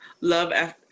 Love